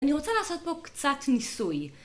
אני רוצה לעשות בו קצת ניסוי.